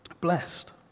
blessed